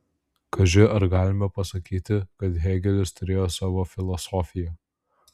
kaži ar galime pasakyti kad hėgelis turėjo savo filosofiją